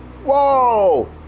Whoa